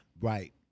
Right